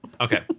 Okay